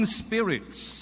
spirits